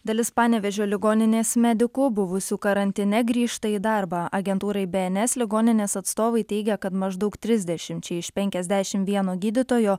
dalis panevėžio ligoninės medikų buvusių karantine grįžta į darbą agentūrai bns ligoninės atstovai teigia kad maždaug trisdešimčiai iš penkiasdešimt vieno gydytojo